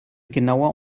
genauer